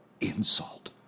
insult